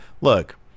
look